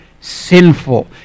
sinful